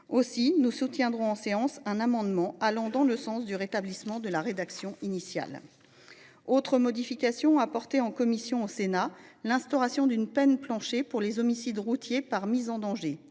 Nous soutiendrons donc en séance un amendement dont les dispositions vont dans le sens du rétablissement de la rédaction initiale. Autre modification apportée en commission au Sénat, l’instauration d’une peine plancher pour les homicides routiers par mise en danger.